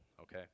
okay